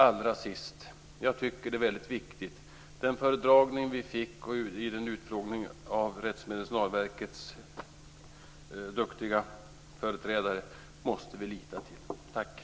Allra sist något jag tycker är väldigt viktigt: Den föredragning vi fick vid utfrågningen av Rättsmedicinalverkets duktiga företrädare måste vi lita till.